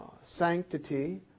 sanctity